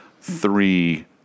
three